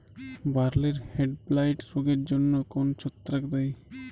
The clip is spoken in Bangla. বার্লির হেডব্লাইট রোগের জন্য কোন ছত্রাক দায়ী?